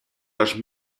los